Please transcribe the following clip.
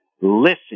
listen